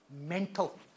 mental